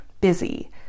busy